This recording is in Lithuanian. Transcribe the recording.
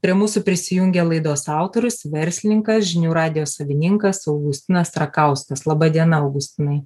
prie mūsų prisijungė laidos autorius verslininkas žinių radijo savininkas augustinas rakauskas laba diena augustinai